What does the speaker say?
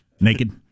naked